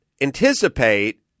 anticipate